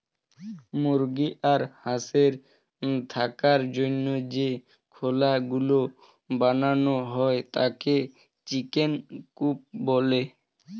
মুরগি আর হাঁসের থাকার জন্য যে খোলা গুলো বানানো হয় তাকে চিকেন কূপ বলে